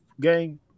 game